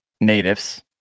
Natives